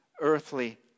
earthly